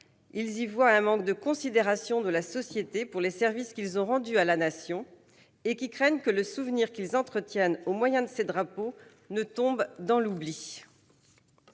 qui y voient un manque de considération de la société pour les services qu'ils ont rendus à la Nation et qui craignent que le souvenir qu'ils entretiennent au moyen de ces drapeaux ne s'efface.